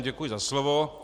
Děkuji za slovo.